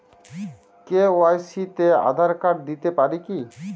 KYC তে Aadhaar card দিতে পারি কি?